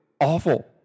awful